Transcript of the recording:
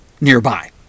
nearby